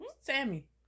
Sammy